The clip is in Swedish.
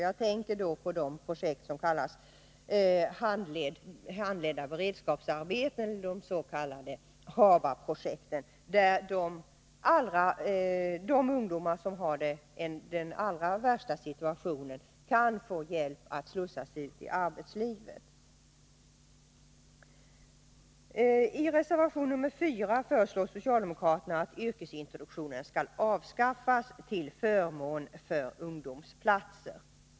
Jag tänker därvid på de projekt som kallas handledda beredskapsarbeten, de s.k. Haba-projekten, där de ungdomar som har den allra värsta situationen kan få hjälp att slussas ut i arbetslivet. I reservation nr 4 föreslår socialdemokraterna att yrkesintroduktionen skall avskaffas till förmån för ungdomsplatser.